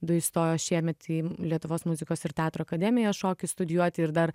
du įstojo šiemet į lietuvos muzikos ir teatro akademiją šokį studijuoti ir dar